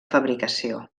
fabricació